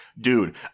dude